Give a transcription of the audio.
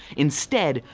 instead,